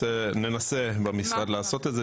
ננסה במשרד לעשות את זה.